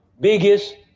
Biggest